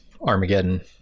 Armageddon